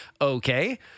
Okay